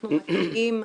אנחנו מציעים,